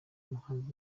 muhanzi